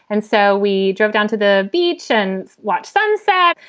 and so we drove down to the beach and watch sunset.